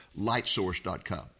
lightsource.com